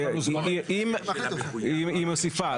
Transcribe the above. היא מוסיפה.